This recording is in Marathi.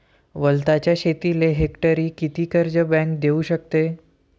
वलताच्या शेतीले हेक्टरी किती कर्ज बँक देऊ शकते?